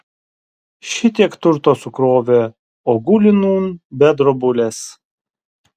šitiek turto sukrovė o guli nūn be drobulės